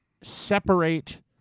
separate